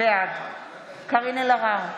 בעד קארין אלהרר,